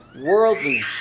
worldly